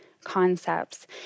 Concepts